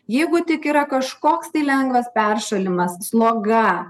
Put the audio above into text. jeigu tik yra kažkoks tai lengvas peršalimas sloga